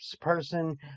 person